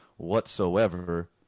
Whatsoever